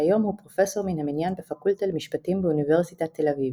וכיום הוא פרופסור מן המניין בפקולטה למשפטים באוניברסיטת תל אביב.